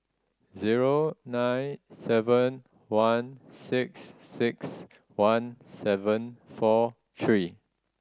zero nine seven one six six one seven four three